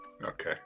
Okay